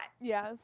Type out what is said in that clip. Yes